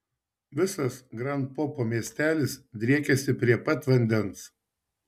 visas grand popo miestelis driekiasi prie pat vandens